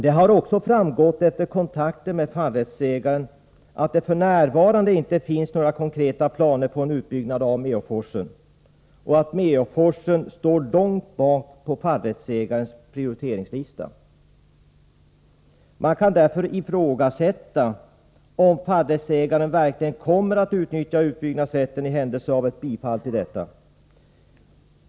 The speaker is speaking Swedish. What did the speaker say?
Det har också framgått, efter kontakter med fallrättsägaren, att det f.n. inte finns några konkreta planer på en utbyggnad av Meåforsen och att Meåforsen står långt ner på fallrättsägarens prioriteringslista. Man kan därför ifrågasätta om fallrättsägaren verkligen kommer att utnyttja utbyggnadsrätten i händelse av ett bifall till förslaget.